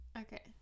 Okay